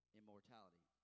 immortality